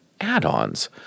add-ons